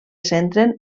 centren